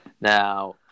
Now